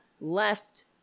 left